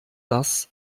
das